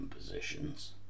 positions